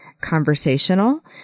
conversational